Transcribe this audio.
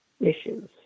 issues